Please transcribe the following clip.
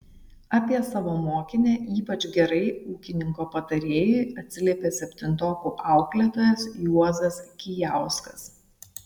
apie savo mokinę ypač gerai ūkininko patarėjui atsiliepė septintokų auklėtojas juozas kijauskas